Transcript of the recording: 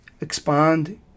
expand